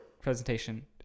presentation